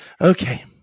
Okay